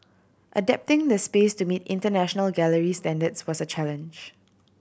adapting the space to meet international gallery standards was a challenge